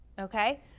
okay